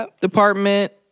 Department